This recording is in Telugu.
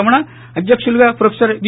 రమణ అధ్యకులుగా ప్రొఫెసర్ వి